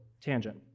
tangent